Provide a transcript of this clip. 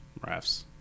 Refs